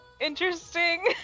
interesting